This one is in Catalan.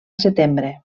setembre